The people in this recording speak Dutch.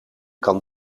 kan